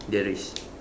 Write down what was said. there is